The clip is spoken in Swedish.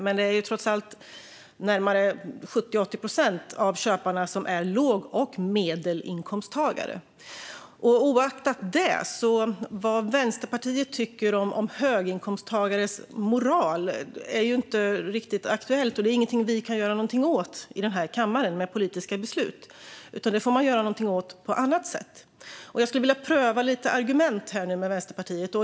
Men det är trots allt 70-80 procent av köparna som är låg och medelinkomsttagare. Oavsett detta, vad Vänsterpartiet tycker om höginkomsttagares moral är inte riktigt aktuellt. Det är ingenting som vi kan göra någonting åt i denna kammare med politiska beslut. Det får man göra någonting åt på annat sätt. Jag skulle nu vilja pröva lite argument med Vänsterpartiet.